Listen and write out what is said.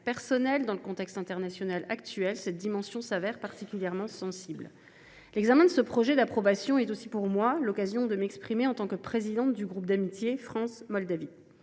personnel. Dans le contexte international actuel, cette dimension se révèle particulièrement sensible. L’examen de ce projet de loi d’approbation est aussi pour moi l’occasion de m’exprimer en tant que présidente du groupe d’amitié France Moldavie.